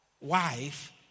wife